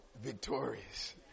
victorious